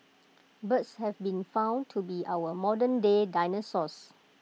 birds have been found to be our modernday dinosaurs